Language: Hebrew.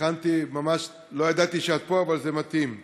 הכנתי, לא ידעתי שאת פה, אבל זה מתאים.